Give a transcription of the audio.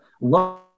love